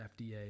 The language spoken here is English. FDA